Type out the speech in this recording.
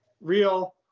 real